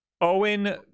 owen